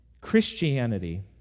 Christianity